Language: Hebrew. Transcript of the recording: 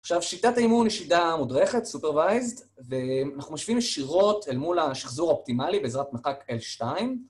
עכשיו, שיטת האימון היא שיטה מודרכת, סופרוויזד, ואנחנו משווים ישירות אל מול השחזור האופטימלי בעזרת מרחק L2.